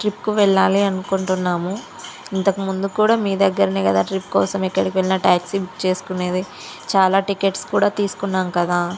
ట్రిప్కి వెళ్ళాలి అనుకుంటున్నాము ఇంతకు ముందు కూడా మీ దగ్గరే కదా ట్రిప్ కోసం ఎక్కడికి వెళ్ళినా టాక్సీ బుక్ చేసుకునేది చాలా టికెట్స్ కూడా తీసుకున్నాం కదా